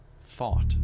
thought